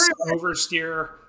oversteer